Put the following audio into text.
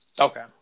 Okay